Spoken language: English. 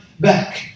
back